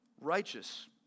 righteous